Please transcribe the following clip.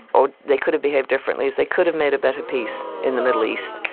or they could have behaved differently, is they could have made a better peace in the middle east.